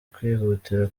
kwihutira